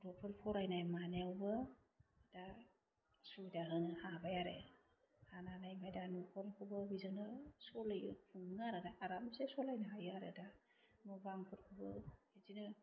गथ'फोर फारानाय मानायावबो दा सुबिदा होनो हाबाय आरो हानानै आमफ्राइ दा न'खरखौबो बेजोंनो सलियो खुङो आरो आरामसे सलायनो हायो आरो दा न' बांफोरखौबो बिदिनो